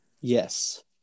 Yes